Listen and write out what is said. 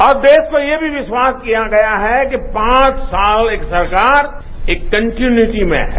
और देश को ये भी विश्वास दिया गया है कि पांच साल एक सरकार एक कन्टीन्यूटी में है